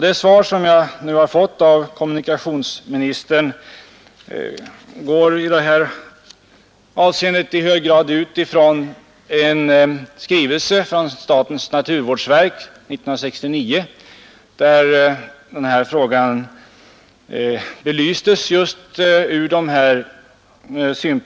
Det svar som jag nu har fått av kommunikationsministern går i detta avseende i hög grad ut ifrån en skrivelse från statens naturvårdsverk 1969, där den frågan belystes.